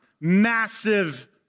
massive